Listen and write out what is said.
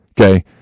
Okay